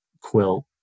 quilt